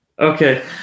okay